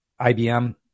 IBM